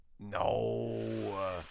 No